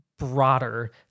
broader